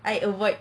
I avoid